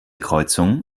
kreuzung